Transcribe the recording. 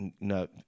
no